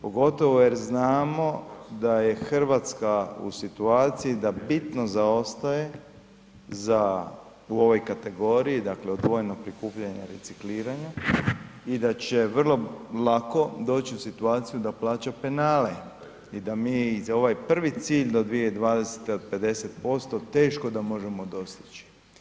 Pogotovo jer znamo da je Hrvatska u situaciji da bitno zaostaje u ovoj kategoriji, dakle odvojenog prikupljanja i recikliranja i da će vrlo lako doći u situaciju da plaća penale i da mi za ovaj prvi cilj do 2020. od 50% teško da možemo dostići.